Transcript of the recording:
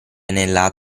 nella